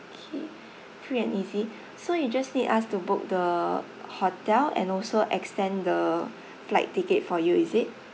K free and easy so you just need us to book the hotel and also extend the flight ticket for you is it